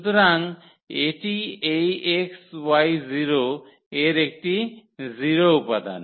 সুতরাং এটি এই xy0 এর একটি 0 উপাদান